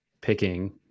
picking